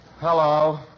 Hello